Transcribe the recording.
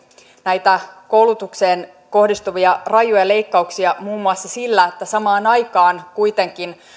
näitä koulutukseen kohdistuvia rajuja leikkauksia muun muassa sillä että samaan aikaan kuitenkin